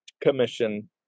Commission